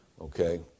okay